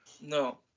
No